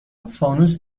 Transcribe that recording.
فانوس